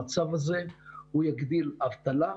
המצב הזה יגדיל אבטלה,